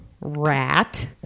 rat